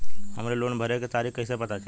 हमरे लोन भरे के तारीख कईसे पता चली?